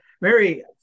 Mary